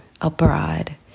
abroad